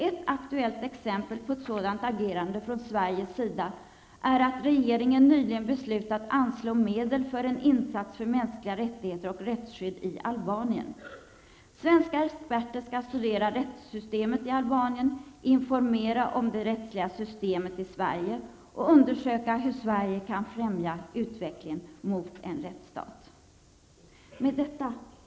Ett aktuellt exempel på ett sådant agerande från Sveriges sida är att regeringen nyligen beslutat att anslå medel för en insats för mänskliga rättigheter och rättsskydd i Albanien. Svenska experter skall studera rättssystemet i Albanien, informera om det rättsliga systemet i Sverige och undersöka hur Sverige kan främja utvecklingen mot en rättsstat. Herr talman!